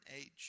age